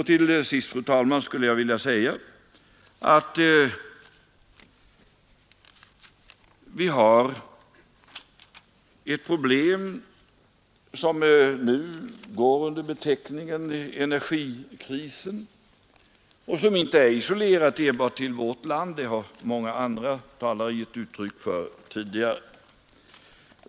Till sist, fru talman, skulle jag vilja säga att det problem som nu går under beteckningen energikrisen inte är isolerat enbart till vårt land. Detta har många andra talare givit uttryck för tidigare.